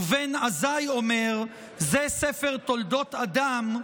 ובן עזאי אומר: "זה ספר תולדות אדם,